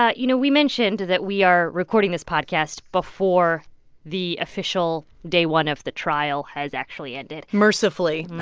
ah you know, we mentioned that we are recording this podcast before the official day one of the trial has actually ended mercifully